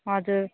हजुर